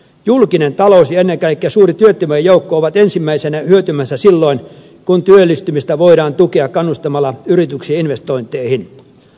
julkinen talous ja ennen kaikkea suuri työttömien joukko ovat ensimmäisinä hyötymässä silloin kun työllistymistä voidaan tukea kannustamalla yrityksiä investointeihin